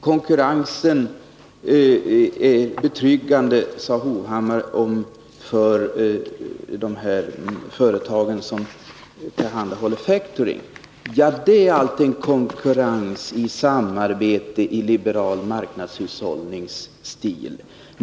Konkurrensen är betryggande, sade Erik Hovhammar, när det gäller de företag som tillhandahåller factoring. Ja, det är allt en konkurrens i samarbete i liberal marknadshushållningsstil.